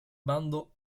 bando